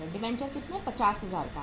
debenture कितने 50000 का है